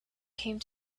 came